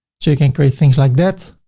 so you can create things like that.